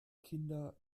kinder